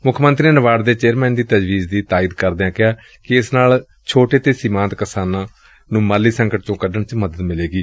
ਮੁੱਖ ਮੰਤਰੀ ਨੇ ਨਾਬਾਰਡ ਦੇ ਚੇਅਰਮੈਨ ਦੀ ਤਜਵੀਜ਼ ਦੀ ਤਾਇਦ ਕਰਦਿਆਂ ਕਿਹਾ ਕਿ ਇਸ ਨਾਲ ਛੋਟੇ ਅਤੇ ਸੀਮਾਂਤ ਕਿਸਾਨਾਂ ਮਾਲੀ ਸੰਕਟ ਚੋ ਨਿਕਲਣ ਦੀ ਮਦਦ ਮਿਲੇਗੀ